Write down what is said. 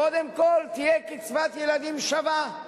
קודם כול תהיה קצבת ילדים שווה,